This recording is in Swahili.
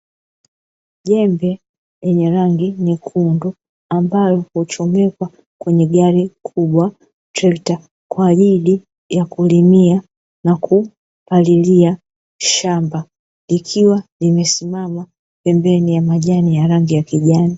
Jembe lenye rangi nyekundu ambalo huchomekwa kwenye gari kubwa, trekta; kwa ajili ya kulimia na kupalilia shamba. Likiwa limesimama pembeni ya majani ya rangi ya kijani.